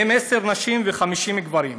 עשר נשים ו-50 גברים,